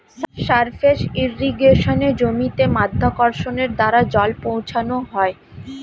surface ইর্রিগেশনে জমিতে মাধ্যাকর্ষণের দ্বারা জল পৌঁছানো হয়